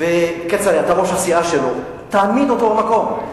כצל'ה, אתה ראש הסיעה שלו, תעמיד אותו במקום.